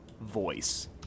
voice